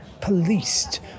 Policed